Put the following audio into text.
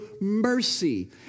mercy